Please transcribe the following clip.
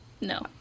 No